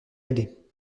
aller